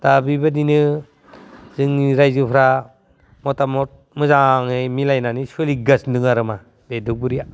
दा बिबादिनो जोंनि रायजोफोरा मतामत मोजाङै मिलायनानै सोलिगासिनो दों आरो मा बे धुपगुरिया